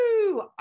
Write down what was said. Woo